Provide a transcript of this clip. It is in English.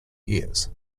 years